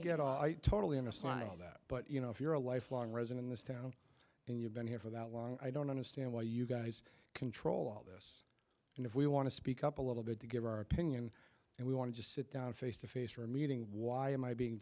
get i totally understand all that but you know if you're a lifelong resident in this town and you've been here for that long i don't understand why you guys control all this and if we want to speak up a little bit to give our opinion and we want to just sit down face to face for a meeting was my being